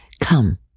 come